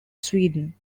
sweden